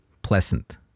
pleasant